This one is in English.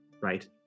right